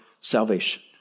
salvation